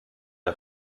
der